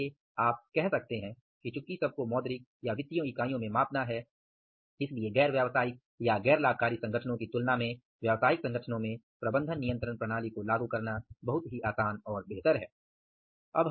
इसलिए आप कह सकते हैं कि चूंकि सबको मौद्रिक या वित्तीय इकाईयों में मापना है इसलिए गैर व्यावसायिक या गैर लाभकारी संगठनों की तुलना में व्यावसायिक संगठनों में प्रबंधन नियंत्रण प्रणाली को लागू करना बहुत बेहतर और आसान है